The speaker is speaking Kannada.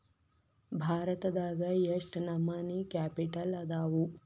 ಭಾರತದಾಗ ಯೆಷ್ಟ್ ನಮನಿ ಕ್ಯಾಪಿಟಲ್ ಅದಾವು?